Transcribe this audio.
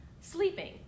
sleeping